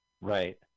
Right